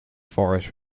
forest